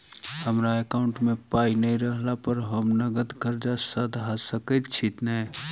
हमरा एकाउंट मे पाई नै रहला पर हम नगद कर्जा सधा सकैत छी नै?